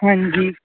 ਹਾਂਜੀ